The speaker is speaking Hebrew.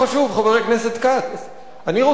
אני רוצה לומר גם: האזינו לראש המוסד.